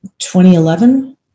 2011